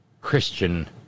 Christian